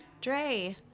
Dre